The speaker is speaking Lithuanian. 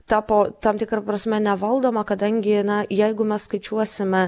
tapo tam tikra prasme nevaldoma kadangi na jeigu mes skaičiuosime